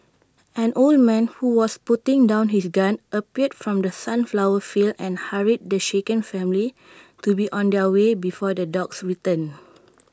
an old man who was putting down his gun appeared from the sunflower fields and hurried the shaken family to be on their way before the dogs return